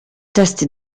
testi